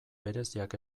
bereziak